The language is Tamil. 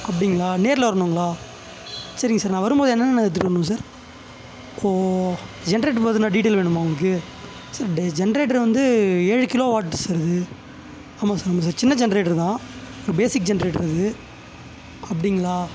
அப்படிங்களா நேர்ல வரணுங்களா சரிங்க சார் நான் வரும்போது என்னென்ன எடுத்துட்டு வரணும் சார் ஓ ஜென்ரேட்டர் பற்றின டீட்டெயில் வேணுமா உங்களுக்கு சார் டே ஜென்ரேட்டரு வந்து ஏழு கிலோ வாட்ஸ் சார் அது ஆமாம் சார் ஆமாம் சார் சின்ன ஜென்ரேட்டரு தான் ஒரு பேசிக் ஜென்ரேட்டரு அது அப்படிங்களா